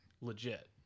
legit